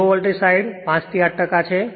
તે low voltage side છે જે 5 થી 8 ટકા છે